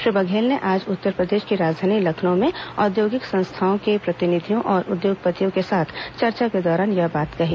श्री बघेल ने आज उत्तरप्रदेश की राजधानी लखनऊ में औद्योगिक संस्थाओं के प्रतिनिधियों और उद्योगपतियों के साथ चर्चा के दौरान यह बात कही